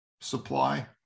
supply